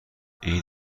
این